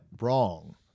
wrong